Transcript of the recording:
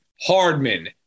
Hardman